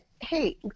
Hey